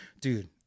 dude